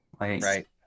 Right